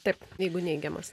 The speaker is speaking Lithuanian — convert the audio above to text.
taip jeigu neigiamas